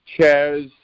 chairs